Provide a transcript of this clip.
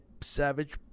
Savage